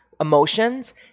emotions